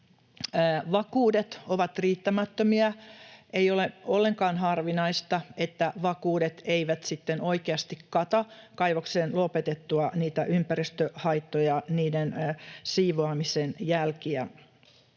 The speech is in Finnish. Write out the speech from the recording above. vakuudet ovat riittämättömiä. Ei ole ollenkaan harvinaista, että vakuudet eivät sitten oikeasti kata kaivoksen lopetettua niitä ympäristöhaittoja, niiden siivoamisen jälkiä.